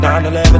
9-11